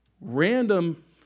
random